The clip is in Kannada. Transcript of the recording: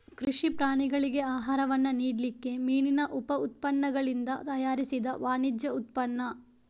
ಕೃಷಿ ಪ್ರಾಣಿಗಳಿಗೆ ಆಹಾರವನ್ನ ನೀಡ್ಲಿಕ್ಕೆ ಮೀನಿನ ಉಪ ಉತ್ಪನ್ನಗಳಿಂದ ತಯಾರಿಸಿದ ವಾಣಿಜ್ಯ ಉತ್ಪನ್ನ